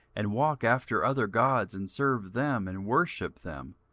and walk after other gods, and serve them, and worship them,